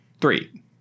Three